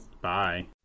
Bye